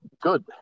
good